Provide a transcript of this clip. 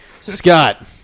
scott